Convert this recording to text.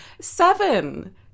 Seven